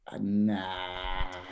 Nah